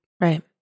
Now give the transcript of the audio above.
Right